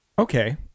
Okay